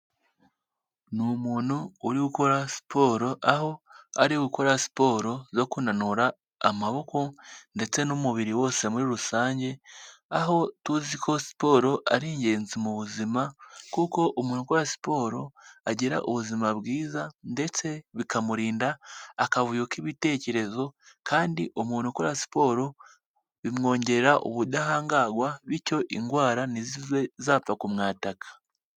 Ni umuntu uri gukora siporo, aho ari gukora siporo zo kunanura amaboko ndetse n'umubiri wose muri rusange. Aho tuzi ko siporo ari ingenzi mu buzima kuko umurwaye siporo agira ubuzima bwiza ndetse bikamurinda akavuyo k'ibitekerezo kandi umuntu ukora siporo bimwongerare ubudahangarwa bityo indwara ntizive zapfa kumwataka.